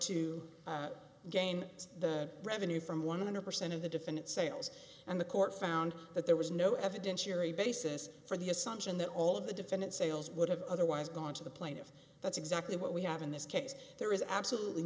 to gain the revenue from one hundred percent of the defendant sales and the court found that there was no evidentiary basis for the assumption that all of the defendant sales would have otherwise gone to the plaintiff that's exactly what we have in this case there is absolutely